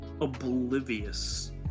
oblivious